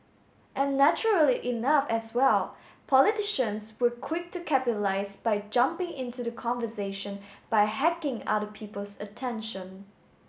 and naturally enough as well politicians were quick to capitalise by jumping into the conversation by hacking other people's attention